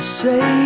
say